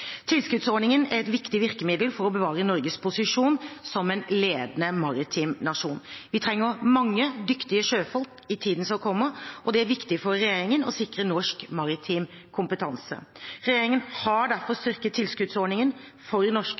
Tilskuddsordningen er et viktig virkemiddel for å bevare Norges posisjon som en ledende maritim nasjon. Vi trenger mange dyktige sjøfolk i tiden som kommer, og det er viktig for regjeringen å sikre norsk maritim kompetanse. Regjeringen har derfor styrket tilskuddsordningen for norske